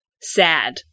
sad